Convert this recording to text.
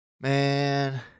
Man